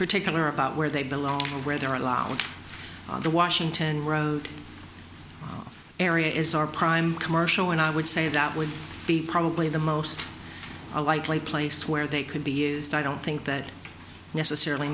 particular about where they belong and where they're allowed the washington road area is our prime commercial and i would say that would be probably the most likely place where they could be used i don't think that necessarily